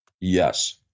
Yes